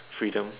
freedom